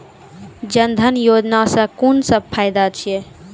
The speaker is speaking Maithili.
जनधन योजना सॅ कून सब फायदा छै?